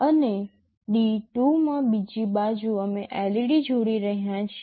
અને D2 માં બીજી બાજુ અમે LED જોડી રહ્યા છીએ